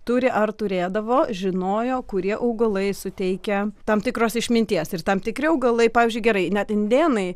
turi ar turėdavo žinojo kurie augalai suteikia tam tikros išminties ir tam tikri augalai pavyzdžiui gerai net indėnai